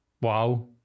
Wow